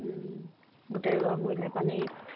গোটেই ৰোৱা মৰিলে পানীত